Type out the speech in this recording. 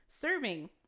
serving